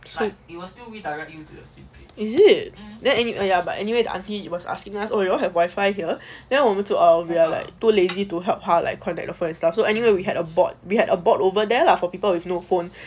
so is it then !aiya! but anyways the auntie was asking us oh you all have wifi here then 我们就 err we're like too lazy to help 她:tae like connect the first lah so anyway we had a board we had a board over there lah for people with no phone